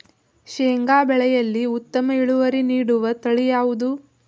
ಶೇಂಗಾ ಬೆಳೆಯಲ್ಲಿ ಉತ್ತಮ ಇಳುವರಿ ನೀಡುವ ತಳಿ ಯಾವುದು?